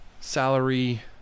salary